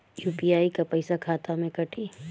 UPI क पैसा खाता से कटी?